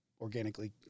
organically